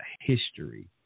history